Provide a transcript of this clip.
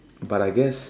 but I guess